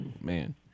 man